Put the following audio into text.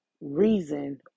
reason